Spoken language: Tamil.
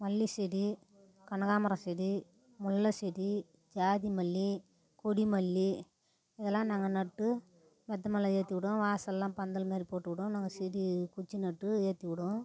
மல்லி செடி கனகாம்பரம் செடி முல்லை செடி ஜாதி மல்லி கொடி மல்லி இதெல்லாம் நாங்கள் நட்டு மெத்த மேலே ஏற்றி விடுவோம் வாசல்லாம் பந்தல் மாதிரி போட்டு விடுவோம் நாங்கள் செடி குச்சி நட்டு ஏற்றி விடுவோம்